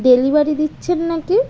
delivery দিচ্ছেন নাকি